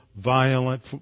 Violent